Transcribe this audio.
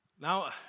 Now